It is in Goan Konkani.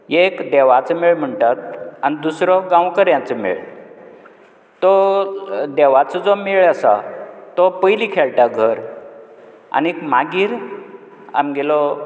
एक देवाचो मेळ म्हणटात आनी दुसरो गांवकारांचो मेळ तो देवाचो जो मेळ आसा तो पयलीं खेळटा घर आनीक मागीर आमगेलो